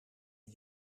een